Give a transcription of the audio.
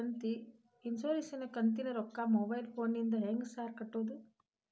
Insurance ಕಂತಿನ ರೊಕ್ಕನಾ mobile ಫೋನಿಂದ ಹೆಂಗ್ ಸಾರ್ ಕಟ್ಟದು?